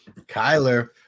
Kyler